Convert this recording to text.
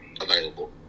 available